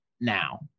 now